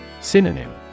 Synonym